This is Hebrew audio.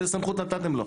איזו סמכות נתתם לו?